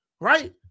right